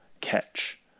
catch